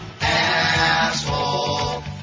Asshole